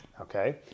Okay